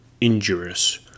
Injurious